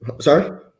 Sorry